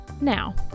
Now